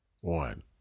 One